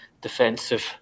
defensive